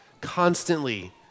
constantly